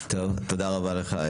תודה רבה לך,